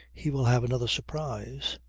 he will have another surprise.